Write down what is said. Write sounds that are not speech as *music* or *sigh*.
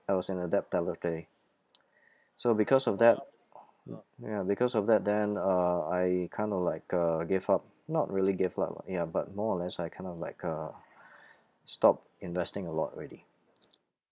I was in a debt *noise* so because of that *noise* ya because of that then uh I kind of like uh give up not really give up ah ya but more or less I kind of like uh *breath* stop investing a lot already